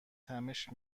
تمشک